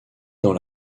dans